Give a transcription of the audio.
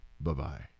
bye-bye